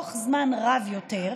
תארך זמן רב יותר,